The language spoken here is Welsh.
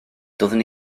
doeddwn